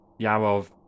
Yarov